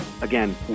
again